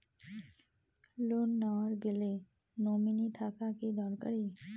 Loan নেওয়ার গেলে nominee থাকা কি দরকারী?